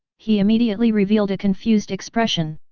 he immediately revealed a confused expression.